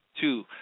two